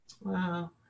Wow